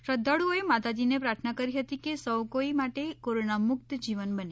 શ્રદ્વાળુઓએ માતાજીને પ્રાર્થના કરી હતી કે સૌ કોઇ માટે કોરોનામુક્ત જીવન બને